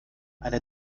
eine